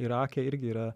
irake irgi yra